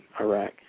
Iraq